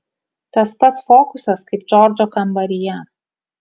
tas pats fokusas kaip džordžo kambaryje